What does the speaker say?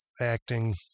acting